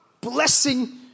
Blessing